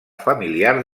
familiars